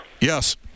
Yes